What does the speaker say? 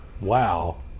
Wow